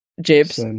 jibs